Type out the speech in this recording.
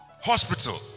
Hospital